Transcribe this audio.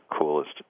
coolest